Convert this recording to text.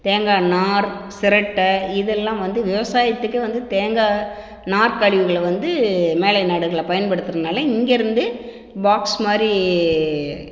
தேங்காய் நார் சிரட்டை இதெல்லாம் வந்து விவசாயத்துக்கே வந்து தேங்காய் நார் கழிவுகளை வந்து மேலை நாடுகள்ல பயன்படுத்துகிறதுனால இங்கேருந்து பாக்ஸ் மாதிரி